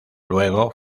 luego